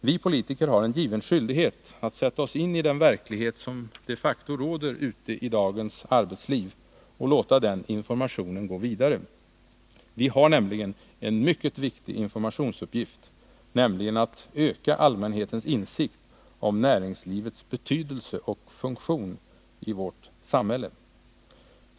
Vi politiker har en given skyldighet att sätta oss in i den verklighet som de facto råder ute i dagens arbetsliv och låta informationen gå vidare. Vi har en viktig informationsuppgift, nämligen att öka allmänhetens insikt om näringslivets betydelse och funktion.